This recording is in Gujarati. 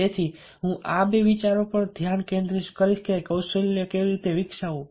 તેથી હું આ બે વિચારો પર ધ્યાન કેન્દ્રિત કરીશ કે કૌશલ્ય કેવી રીતે વિકસાવવું